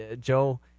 Joe